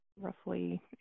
roughly